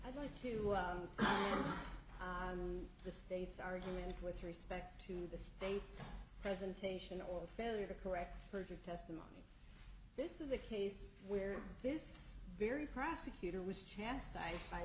i'd like to i the state's arguing with respect to the state's presentation or the failure to correct perjured testimony this is a case where this very prosecutor was chastised by